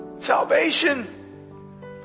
salvation